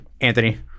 Anthony